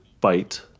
fight